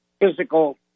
physical